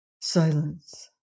Silence